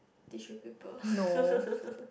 tissue paper